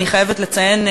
אני חייבת לציין,